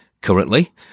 Currently